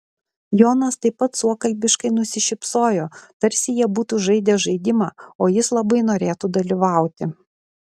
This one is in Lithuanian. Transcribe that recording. jonas taip pat suokalbiškai nusišypsojo tarsi jie būtų žaidę žaidimą o jis labai norėtų dalyvauti